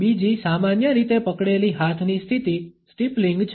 બીજી સામાન્ય રીતે પકડેલી હાથની સ્થિતિ સ્ટીપલિંગ છે